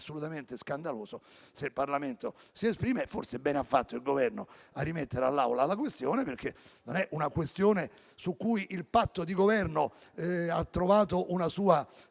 assolutamente scandaloso se il Parlamento si esprime. Forse bene ha fatto il Governo a rimettere all'Assemblea la questione, perché non è un tema su cui il patto di Governo ha trovato una sua